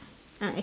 ah